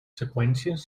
seqüències